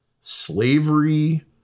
slavery